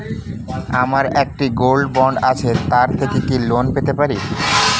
আমার একটি gold bond আছে তার থেকে কি লোন পেতে পারি?